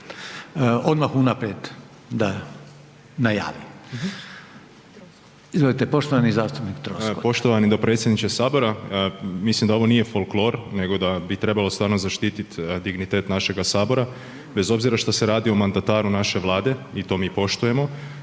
odmah unaprijed da najavim. Izvolite poštovani zastupnik Troskot. **Troskot, Zvonimir (MOST)** Poštovani dopredsjedniče sabora, mislim da ovo nije folklor nego da bi stvarno trebalo zaštiti dignitet našega sabora bez obzira što se radi o mandataru naše Vlade i to mi poštujemo,